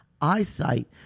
eyesight